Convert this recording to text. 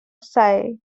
psi